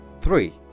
three